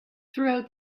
throughout